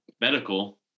medical